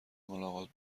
ملاقات